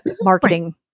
marketing